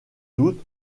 doute